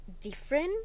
different